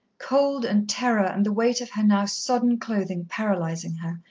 cold and terror and the weight of her now sodden clothing paralysing her,